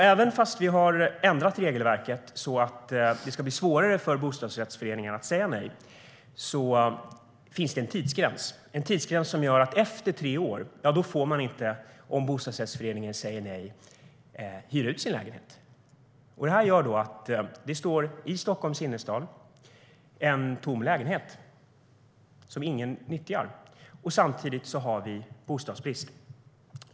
Även om vi har ändrat regelverket för att det ska bli svårare för bostadsrättsföreningarna att säga nej finns det en tidsgräns på tre år. Efter det får man inte hyra ut sin lägenhet, om bostadsrättsföreningen säger nej.I Stockholms innerstad finns det alltså en tom lägenhet som ingen nyttjar samtidigt som vi har bostadsbrist.